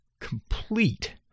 complete